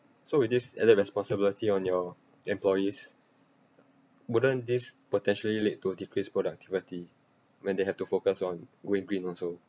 so with this added responsibility on your employees wouldn't this potentially lead to a decreased productivity when they have to focus on going green also